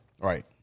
Right